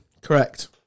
Correct